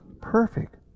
perfect